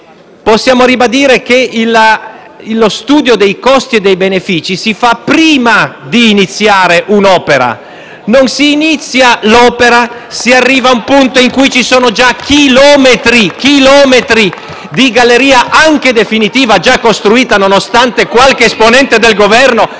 possiamo ribadire che lo studio dei costi e dei benefici si fa prima di iniziare un'opera. *(Applausi dal Gruppo FI-BP).* Non si inizia l'opera, si arriva a un punto in cui ci sono già chilometri di galleria, anche definitiva, già costruita, nonostante qualche esponente del Governo